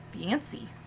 fancy